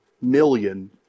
million